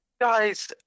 Guys